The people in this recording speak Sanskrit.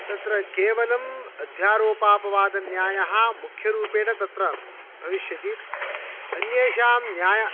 तत्र केवलम् अध्यारोपापवादन्यायः मुख्यरूपेण तत्र भविष्यति अन्येषां न्यायः